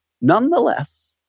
Nonetheless